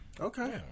Okay